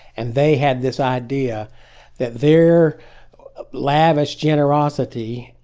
and they had this idea that their lavish generosity,